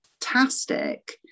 fantastic